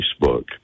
Facebook